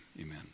amen